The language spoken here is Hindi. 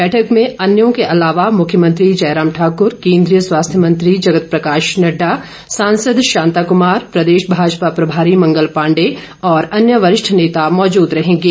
बैठक में अन्यों के अलावा मुख्यमंत्री जयराम ठाकुर केन्द्रीय स्वास्थ्य मंत्री जगत प्रकाश नड्डा सांसद शांता कुमार प्रदेश भाजपा प्रभारी मंगल पॉडे और अन्य वरिष्ठ नेता मौजूद रहेंगे